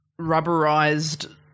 rubberized